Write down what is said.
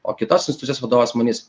o kitos institucijos vadovas manys